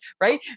right